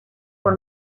por